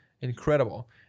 Incredible